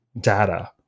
data